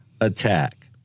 attack